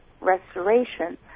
restoration